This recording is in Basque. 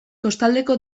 kostaldeko